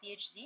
PhD